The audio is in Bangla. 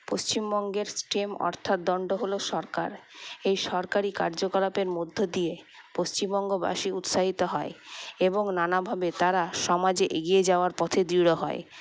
পশ্চিমবঙ্গের স্টেম অর্থাৎ দন্ড হল সরকার এই সরকারি কার্যকলাপের মধ্য দিয়ে পশ্চিমবঙ্গবাসী উৎসাহিত হয় এবং নানাভাবে তারা সমাজে এগিয়ে যাওয়ার পথে দৃঢ় হয়